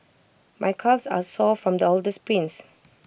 my calves are sore from all the sprints